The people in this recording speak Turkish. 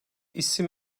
isim